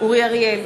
אורי אריאל,